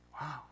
Wow